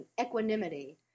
equanimity